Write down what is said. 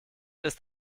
ist